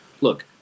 look